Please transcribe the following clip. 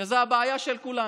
שזאת הבעיה של כולנו.